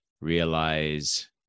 realize